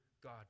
God